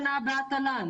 -- -בשנה הבאה תל"ן.